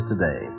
today